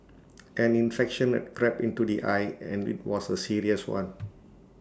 an infection had crept into the eye and IT was A serious one